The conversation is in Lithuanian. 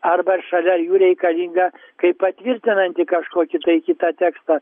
arba šalia jų reikalinga kaip patvirtinantį kažkokį tai kitą tekstą